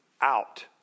out